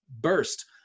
burst